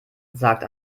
sagt